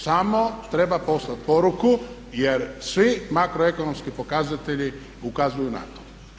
Samo treba poslati poruku jer svi makro ekonomski pokazatelji ukazuju na to.